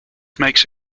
makes